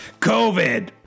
COVID